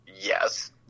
yes